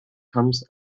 comes